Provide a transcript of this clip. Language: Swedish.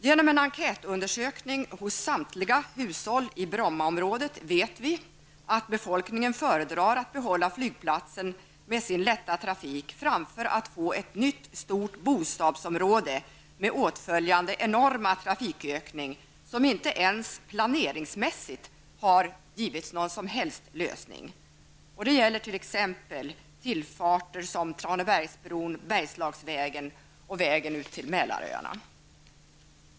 Genom en enkätundersökning hos samtliga hushåll i Brommaområdet vet vi att befolkningen föredrar att behålla flygplatsen med dess lätta trafik framför att få ett nytt stort bostadsområde med åtföljande enorma trafikökning, som inte ens planeringsmässigt har givits någon som helst lösning. Det gäller t.ex. tillfarter som Tranebergsbron, Bergslagsvägen och vägen till Mälaröarna.